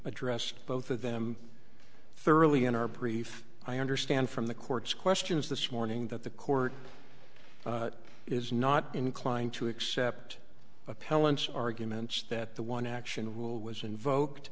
addressed both of them thoroughly in our brief i understand from the court's questions this morning that the court is not inclined to accept appellants arguments that the one action rule was